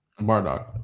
Bardock